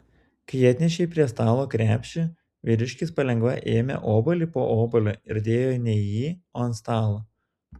kai atnešei prie stalo krepšį vyriškis palengva ėmė obuolį po obuolio ir dėjo ne į jį o ant stalo